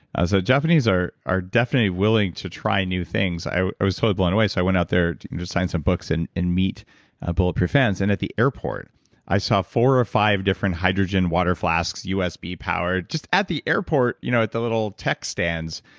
the japanese are are definitely willing to try new things. i i was totally blown away, so i went out there to sign some books and and meet bulletproof fans. and at the airport i saw four or five different hydrogen water flasks, usb powered, just at the airport you know at the little tech stands,